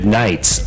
nights